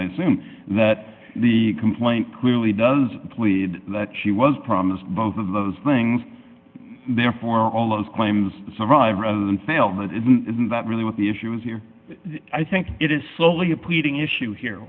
assume that the complaint clearly does plead that she was promised both of those things therefore all of these claims survive rather than fail that it isn't that really what the issue was here i think it is slowly